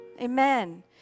Amen